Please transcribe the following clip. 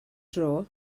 dro